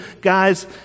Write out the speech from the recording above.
guys